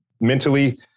mentally